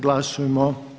Glasujmo.